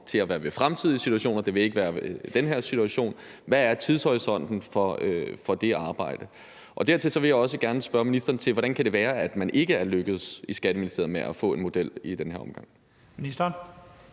til at være ved fremtidige situationer, og at det ikke vil være i den her situation, men hvad er tidshorisonten for det arbejde? Derudover vil jeg også gerne spørge ministeren om, hvordan det kan være, at man i Skatteministeriet ikke er lykkedes med at få en model i den her omgang.